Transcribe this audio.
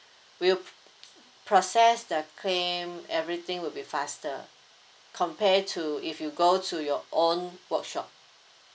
we'll process the claim everything would be faster compare to if you go to your own workshop